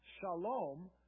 shalom